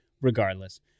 regardless